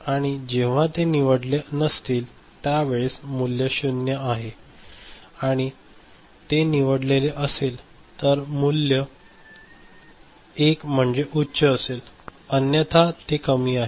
आणि जेव्हा ते निवडलेले नसतील त्यावेळेस मूल्य 0 आहे आणि ते निवडलेले असेल तर मूल्य 1 म्हणजे उच्च असेल अन्यथा ते कमी आहे